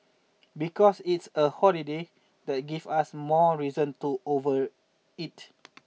because it's a holiday that gives us more reason to overeat